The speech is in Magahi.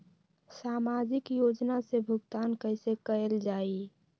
सामाजिक योजना से भुगतान कैसे कयल जाई?